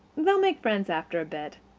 they'll make friends after a bit.